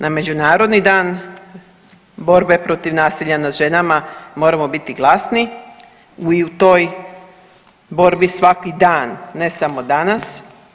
Na Međunarodni dan borbe protiv nasilja nad ženama moramo biti glasni i u toj borbi svaki dan, ne samo danas.